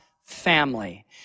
family